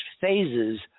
phases